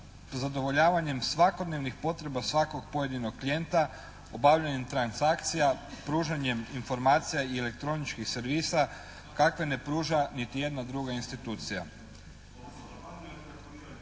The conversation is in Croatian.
zadovoljavanjem svakodnevnih potreba svakog pojedinog klijenta, obavljanjem transakcija, pružanjem informacija i elektroničkih servisa kakve ne pruža niti jedna druga institucija.